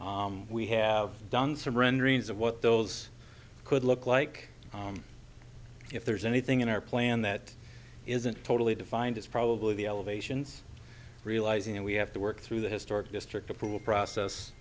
we have done some renderings of what those could look like if there's anything in our plan that isn't totally defined as probably the elevations realizing that we have to work through the historic district approval process